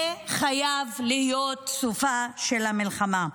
זה חייב להיות סופה של המלחמה.